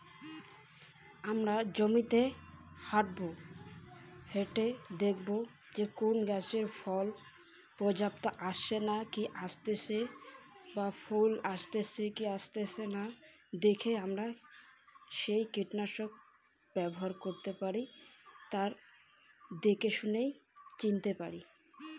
হামরা কেঙকরি ফছলে ফুলের পর্যায় চিনিবার পারি?